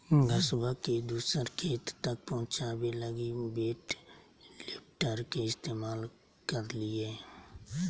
घसबा के दूसर खेत तक पहुंचाबे लगी वेट लिफ्टर के इस्तेमाल करलियै